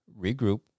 regroup